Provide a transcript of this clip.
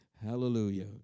Hallelujah